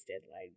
deadline